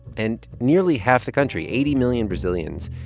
and nearly half the country, eighty million brazilians,